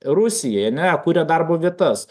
rusijai ane kuria darbo vietas